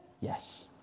yes